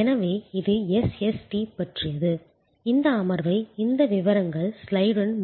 எனவே இது SST பற்றியது இந்த அமர்வை இந்த விவரங்கள் ஸ்லைடுடன்